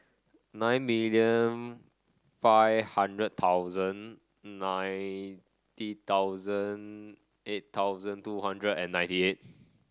nine million five hundred thousand ninety thousand eight thousand two hundred and ninety eight